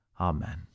Amen